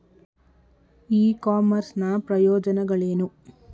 E commerce ನ ಪ್ರಯೋಜನಗಳೇನು?